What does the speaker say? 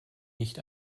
nicht